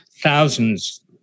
Thousands